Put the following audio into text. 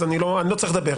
אז אני לא צריך לדבר,